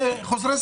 תברואה,